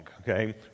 Okay